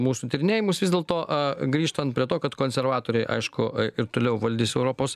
mūsų tyrinėjimus vis dėlto a grįžtant prie to kad konservatoriai aišku ir toliau valdys europos